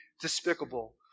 despicable